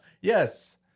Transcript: Yes